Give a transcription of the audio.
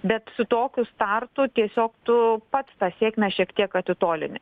bet su tokiu startu tiesiog tu pats tą sėkmę šiek tiek atitolini